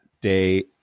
day